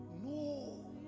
No